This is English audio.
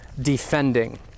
defending